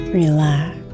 relax